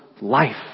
life